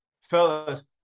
Fellas